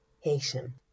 Haitian